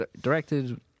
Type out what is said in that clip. directed